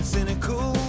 Cynical